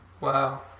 Wow